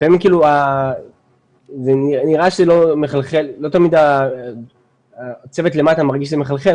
לפעמים נראה שלא תמיד הצוות למטה מרגיש שזה מחלחל,